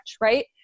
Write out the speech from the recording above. right